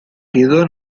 quedó